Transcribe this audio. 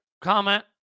comment